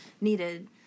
needed